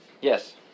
Yes